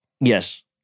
yes